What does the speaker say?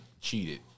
cheated